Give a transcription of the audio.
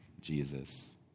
Jesus